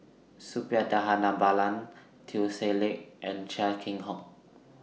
Suppiah Dhanabalan Teo Ser Luck and Chia Keng Hock